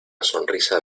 sonrisa